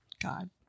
god